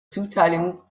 zuteilung